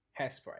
Hairspray